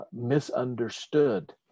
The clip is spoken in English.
misunderstood